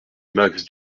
max